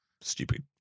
Stupid